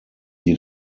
die